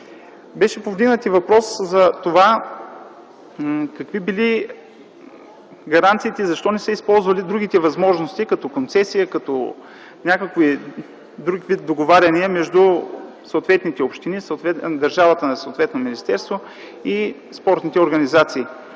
Беше повдигнат и въпрос за това какви били гаранциите, защо не са използвали другите възможности, като концесия, като друг вид договаряния между съответните общини, държавата, съответно министерство и спортните организации.